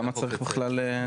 למה צריך בכלל?